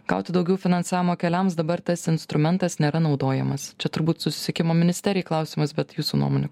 gauti daugiau finansavimo keliams dabar tas instrumentas nėra naudojamas čia turbūt susisiekimo ministerijai klausimas bet jūsų nuomonė